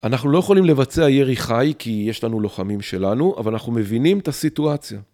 אנחנו לא יכולים לבצע ירי חי כי יש לנו לוחמים שלנו, אבל אנחנו מבינים את הסיטואציה.